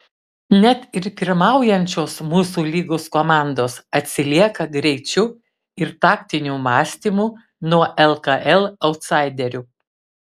net ir pirmaujančios mūsų lygos komandos atsilieka greičiu ir taktiniu mąstymu nuo lkl autsaiderių